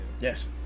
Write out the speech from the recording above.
Yes